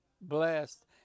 blessed